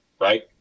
right